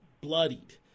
bloodied